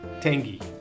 tangy